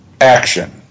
action